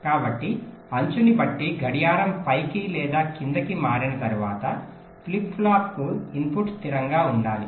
కాబట్టి అంచుని బట్టి గడియారం పైకి లేదా కిందికి మారిన తర్వాత ఫ్లిప్ ఫ్లాప్కు ఇన్పుట్ స్థిరంగా ఉండాలి